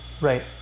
Right